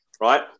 right